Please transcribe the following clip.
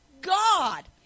God